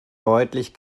deutlich